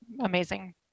amazing